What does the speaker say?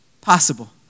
possible